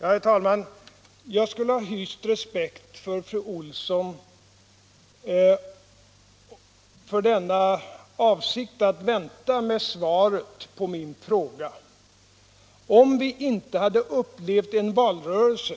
Herr talman! Jag skulle ha hyst respekt för fru Olssons avsikt att vänta med svaret på min fråga, om vi inte hade upplevt en valrörelse